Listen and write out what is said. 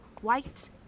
white